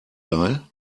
geil